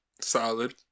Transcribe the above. Solid